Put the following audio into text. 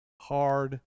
hard